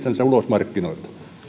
ulos markkinoilta